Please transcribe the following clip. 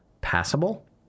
passable